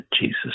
Jesus